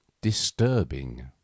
disturbing